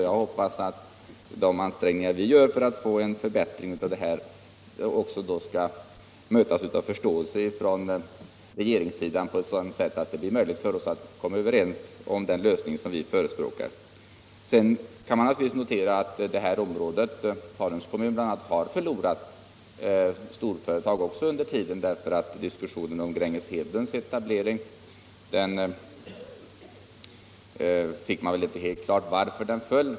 Jag hoppas att de ansträngningar som vi gör för att få till stånd en förbättring då också skall mötas av förståelse från regeringssidan på ett sådant sätt att det blir möjligt att komma överens om den lösning som vi förespråkar. Man kan naturligtvis notera att det här området — bl.a. Tanums kommun -— har förlorat storföretag under tiden. Diskussion om Gränges Hedlund AB:s etablering ledde väl inte till att man fick helt klart för sig varför etableringen föll.